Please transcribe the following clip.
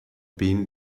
been